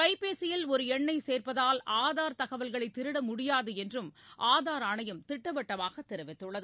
கைப்பேசியில் ஒரு எண்ணை சேர்ப்பதால் ஆதார் தகவல்களை திருட முடியாது என்றும் ஆதார் ஆணையம் திட்டவட்டமாகத் தெரிவித்துள்ளது